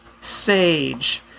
sage